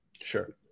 Sure